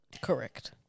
Correct